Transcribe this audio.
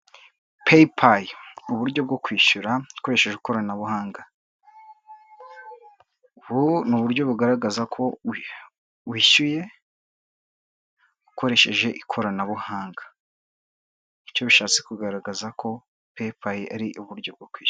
Payi paye uburyo bwo kwishyura ukoresheje ikoranabuhanga, ubu ni uburyo bugaragaza ko wishyuye ukoresheje ikoranabuhanga ni cyo bishatse kugaragaza ko peyi paye ari bwo kwishyura.